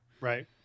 right